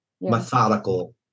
methodical